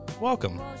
welcome